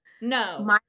No